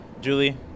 Julie